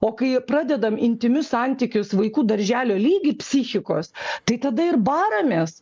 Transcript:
o kai pradedam intymius santykius vaikų darželio lygį psichikos tai tada ir baramės